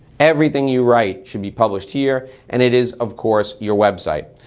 everything you write should be published here and it is, of course, your website.